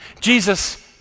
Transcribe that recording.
Jesus